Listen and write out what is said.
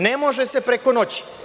Ne može se preko noći.